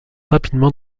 rapidement